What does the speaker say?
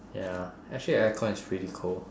ya actually the aircon is pretty cold